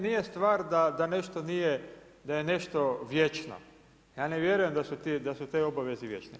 Nije stvar da nešto nije, da je nešto vječna, ja ne vjerujem da su te obaveze vječne.